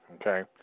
okay